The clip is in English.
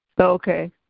Okay